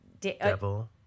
Devil